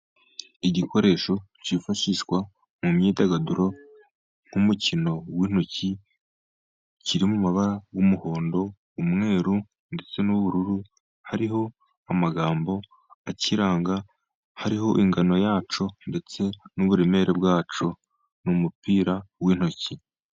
Igikoresho cyifashishwa mu myidagaduro nk'umukino wintoki, kiri mu mababara y'umuhondo, umweru, ndetse n'ubururu. Hariho amagambo akiranga, hariho ingano yacyo, ndetse n'uburemere bwacyo, ni umupira w'intoki.